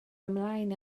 ymlaen